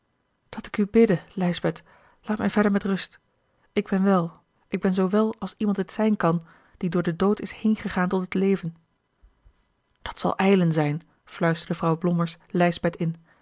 dat ik u bidde lijsbeth laat mij verder met rust ik ben wel ik ben zoo wel als iemand het zijn kàn die door den dood is heengegaan tot het leven dat zal ijlen zijn fluisterde vrouw blommers lijsbeth in